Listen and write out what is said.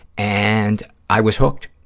and i was hooked.